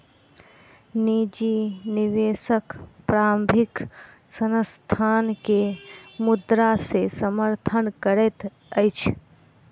निजी निवेशक प्रारंभिक संस्थान के मुद्रा से समर्थन करैत अछि